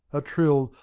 a trill,